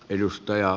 kiitos